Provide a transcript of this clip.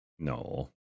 no